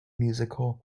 musical